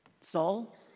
Saul